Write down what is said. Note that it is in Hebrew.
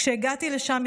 כשהגעתי לשם,